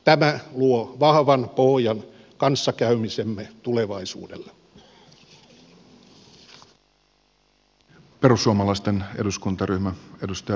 tämä luo vahvan pohjan kanssakäymisemme tulevaisuudelle